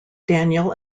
daniel